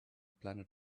planet